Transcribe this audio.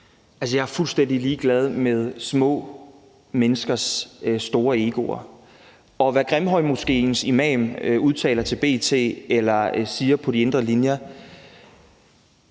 jeg er fuldstændig ligeglad med små menneskers store egoer, og hvad Grimhøjmoskéens imam udtaler til B.T. eller siger på de indre linjer.